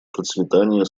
процветания